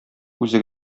үзе